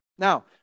Now